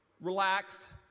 relaxed